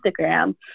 Instagram